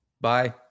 Bye